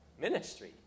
ministry